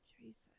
Jesus